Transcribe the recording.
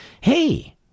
Hey